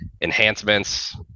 enhancements